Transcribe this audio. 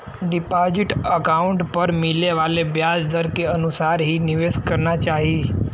deposit account पर मिले वाले ब्याज दर के अनुसार ही निवेश करना चाही